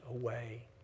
away